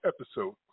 episode